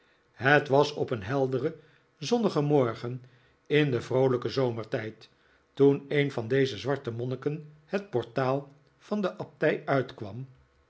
het was op een helderen zonnigen morgen in den vroolijken zomertijd toen een van deze zwarte monniken het portaal van de abdij uitkwam